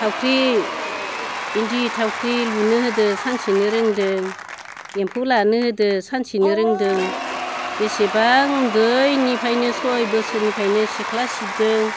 थावख्रि इन्दि थावख्रि लोनो होदो सानसेनो रोंदो एम्फौ लानो होदों सानसेनो रोंदो बेसेबा उन्दैनिफ्रायो सहाय बोसोरनिफ्रायनो सिख्ला सिबदो